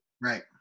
right